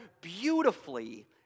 beautifully